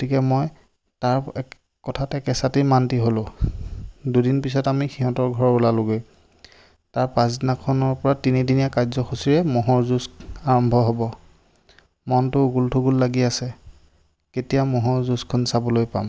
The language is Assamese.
গতিকে মই তাৰ কথাত একেচাতেই মান্তি হ'লোঁ দুদিন পিছত আমি সিহঁতৰ ঘৰ ওলালোঁগৈ তাৰ পাছদিনাখনৰ পৰা তিনিদিনিয়া কাৰ্যসূচীৰে ম'হৰ যুঁজ আৰম্ভ হ'ব মনটো উগুল থুগুল লাগি আছে কেতিয়া ম'হৰ যুঁজখন চাবলৈ পাম